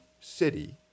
city